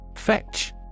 Fetch